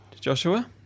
Joshua